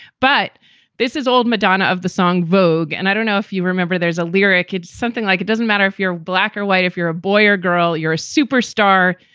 but this is old madonna of the song vogue. and i don't know if you remember, there's a lyric, something like it doesn't matter if you're black or white, if you're a boy or girl, you're a superstar.